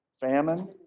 famine